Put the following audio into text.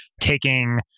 taking